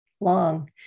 long